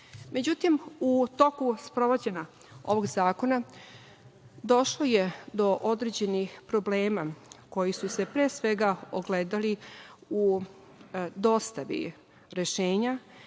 upis.Međutim, u toku sprovođenja ovog zakona došlo je do određenih problema koji su se, pre svega, ogledali u dostavi rešenja.